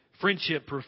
Friendship